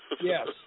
Yes